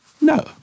no